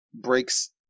breaks